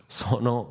sono